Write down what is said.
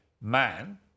man